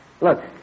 Look